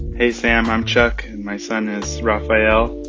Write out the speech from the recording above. hey, sam, i'm chuck. my son is rafaelle.